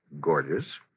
Gorgeous